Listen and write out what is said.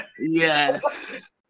Yes